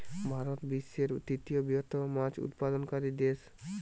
ভারত বিশ্বের তৃতীয় বৃহত্তম মাছ উৎপাদনকারী দেশ